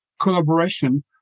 collaboration